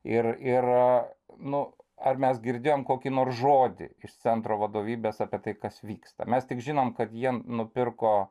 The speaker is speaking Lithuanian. ir ir nu ar mes girdėjom kokį nors žodį iš centro vadovybės apie tai kas vyksta mes tik žinom kad jie nupirko